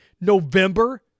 November